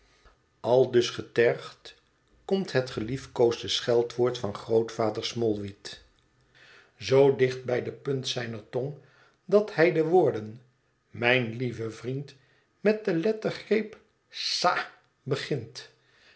aldus getergd komt het geliefkoosde scheldwoord van grootvader smallweed zoo dicht bij de punt zijner tong dat hij de woorden mijn lieve vriend met de lettergreep sa begint